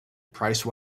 price